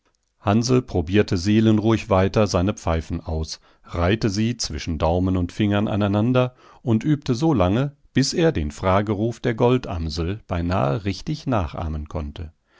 hansl probierte seelenruhig weiter seine pfeifen aus reihte sie zwischen daumen und fingern aneinander und übte so lange bis er den frageruf der goldamsel beinahe richtig nachahmen konnte